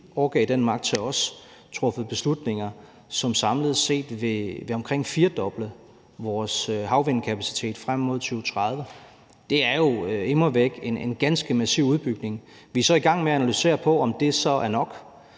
de overgav den magt til os, truffet beslutninger, som samlet set vil omkring firedoble vores havvindkapacitet frem mod 2030. Det er jo immer væk en ganske massiv udbygning. Vi er så i gang med at analysere på, om det så er nok,